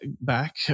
back